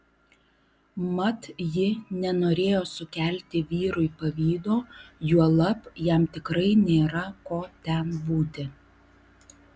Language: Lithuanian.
mat ji nenorėjo sukelti vyrui pavydo juolab jam tikrai nėra ko ten būti